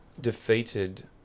defeated